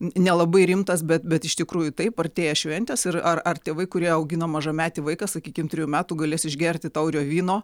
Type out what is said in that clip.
nelabai rimtas bet bet iš tikrųjų taip artėja šventės ir ar tėvai kurie augina mažametį vaiką sakykim trijų metų galės išgerti taurę vyno